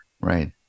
Right